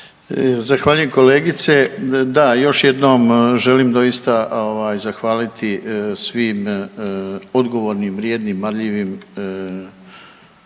Zahvaljujem kolegice, da još jednom želim doista ovaj zahvaliti svim odgovornim, vrijednim, marljivim